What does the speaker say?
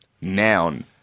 noun